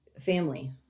family